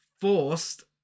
forced